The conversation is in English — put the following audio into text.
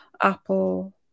Apple